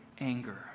anger